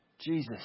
Jesus